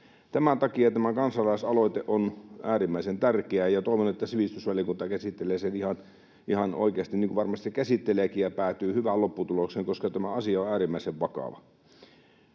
Tämän takia tämä kansalaisaloite on äärimmäisen tärkeä, ja toivon, että sivistysvaliokunta käsittelee sen ihan oikeasti, niin kuin varmasti käsitteleekin, ja päätyy hyvään lopputulokseen, koska tämä asia on äärimmäisen vakava.